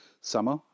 summer